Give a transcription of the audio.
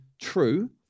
true